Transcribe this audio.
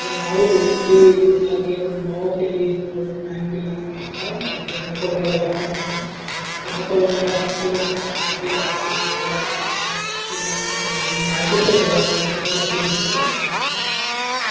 আৰু ময়ো বহুতখিনি এইবিলাক গেম খেলি ময়ো টাইমবিলাক কটাওঁ যেতিয়া মোৰ কৰিবলগীয়া একো নাথাকে কেতিয়াবা কৰিবলগীয়া থাকিলেও এইবিলাক অলপ এইবিলাক মাইণ্ডটো ফ্ৰেছ হ'বৰ কাৰণে এইবিলাক গেম খেলোঁ